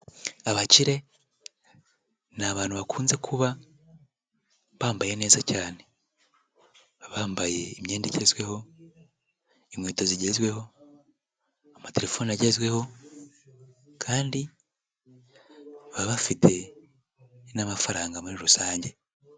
Abakire ni abantu bakunze kuba bambaye neza cyane. Bambaye imyenda igezweho, inkweto zigezweho, amatelefoni agezweho kandi baba bafite n'amafaranga muri rusange.